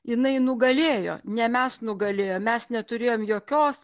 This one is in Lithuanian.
jinai nugalėjo ne mes nugalėjom mes neturėjom jokios